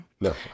No